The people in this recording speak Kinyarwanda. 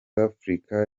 africa